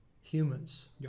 humans